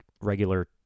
regular